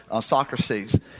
Socrates